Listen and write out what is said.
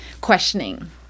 Questioning